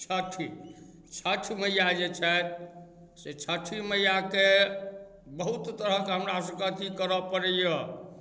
छठि छठि मैया जे छथि से छठि मैयाके बहुत तरहके हमरासबके अथी करए पड़ैया